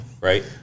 right